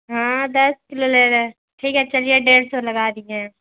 ہاں دس کلو لے رہے ٹھیک ہے چلیے ڈیڑھ سو لگا دیے ہیں